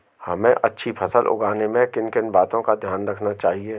हमें अच्छी फसल उगाने में किन किन बातों का ध्यान रखना चाहिए?